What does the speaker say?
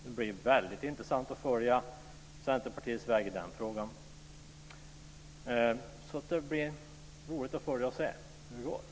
Det blir intressant att följa Centerpartiets väg i den frågan. Det ska blir roligt att se hur det går.